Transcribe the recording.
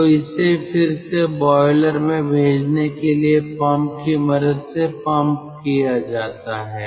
तो इसे फिर से बॉयलर में भेजने के लिए पंप की मदद से पंप किया जाता है